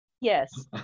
yes